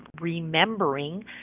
remembering